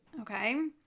Okay